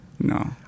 No